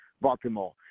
baltimore